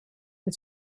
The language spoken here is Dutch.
het